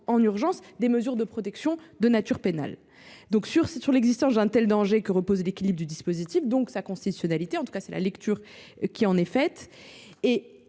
en urgence des mesures de protection de nature pénale. C’est sur l’existence d’un tel danger que repose l’équilibre du dispositif, donc sa constitutionnalité ; telle est en tout cas la lecture qui en est faite.